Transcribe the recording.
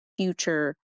Future